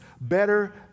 better